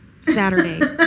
Saturday